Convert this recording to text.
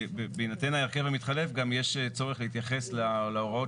בהינתן ההרכב המתחלף גם יש צורך להתייחס להוראות